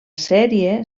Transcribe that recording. sèrie